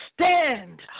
stand